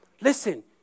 Listen